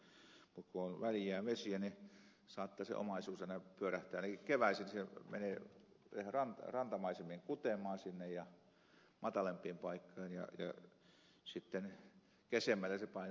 mutta kun on väljiä vesiä niin saattaa se omaisuus aina pyörähtää ainakin keväisin menee rantamaisemiin kutemaan matalampaan paikkaan ja sitten kesemmälle se painuu vähän syvemmille